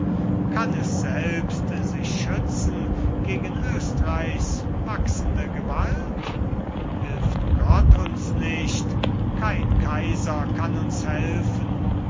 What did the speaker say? kann es selbst sich schützen gegen östreichs wachsende gewalt hilft gott uns nicht kein kaiser kann uns helfen